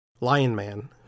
Lion-man